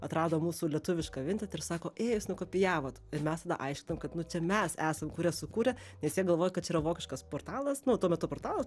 atrado mūsų lietuvišką vinted ir sako ė jūs nukopijavot mes tada aiškinom kad nu čia mes esam kurie sukūrė nes jie galvoja kad čia yra vokiškas portalas nu tuo metu portalas